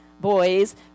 boys